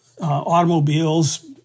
automobiles